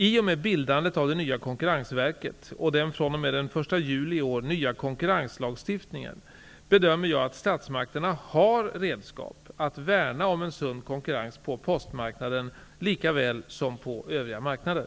I och med bildandet av det nya Konkurrensverket och den fr.o.m. den 1 juli i år nya konkurrenslagstiftningen, bedömer jag att statsmakterna har redskap att värna om en sund konkurrens på postmarknaden lika väl som på övriga marknader.